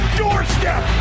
doorstep